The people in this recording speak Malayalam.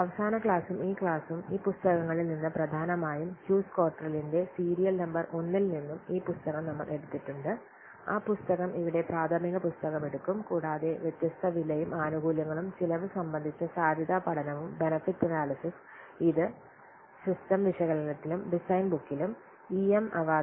അവസാന ക്ലാസും ഈ ക്ലാസും ഈ പുസ്തകങ്ങളിൽ നിന്ന് പ്രധാനമായും ഹ്യൂസ് കോട്ടെറലിന്റെ സീരിയൽ നമ്പർ 1 ൽ നിന്നും ഈ പുസ്തകം നമ്മൾ എടുത്തിട്ടുണ്ട് ആ പുസ്തകം ഇവിടെ പ്രാഥമിക പുസ്തകം എടുക്കും കൂടാതെ വ്യത്യസ്ത വിലയും ആനുകൂല്യങ്ങളും ചെലവ് സംബന്ധിച്ച സാധ്യതാ പഠനവും ബെനിഫിറ്റ് അനാലിസിസ് ഇത് സിസ്റ്റം വിശകലനത്തിലും ഡിസൈൻ ബുക്കിലും ഇ എം അവാദിന്റെ E